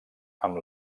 amb